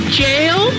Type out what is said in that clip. jail